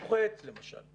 שתפוחי עץ למשל,